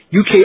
UK